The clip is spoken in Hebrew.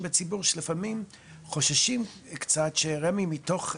בציבור שלפעמים חוששים קצת שרמ"י מתוך,